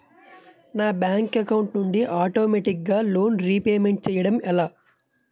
నా bank account నుండి ఆటోమేటిగ్గా లోన్ రీపేమెంట్ చేయడం ఎలా?